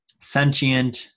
sentient